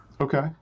Okay